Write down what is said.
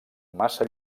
massa